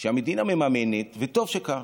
שהמדינה מממנת, וטוב שכך,